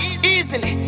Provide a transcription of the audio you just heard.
easily